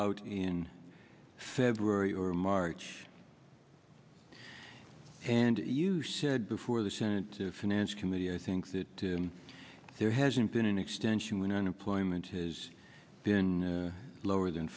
out in february or march and you said before the senate finance committee i think that there hasn't been an extension when unemployment has been lower than